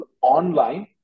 online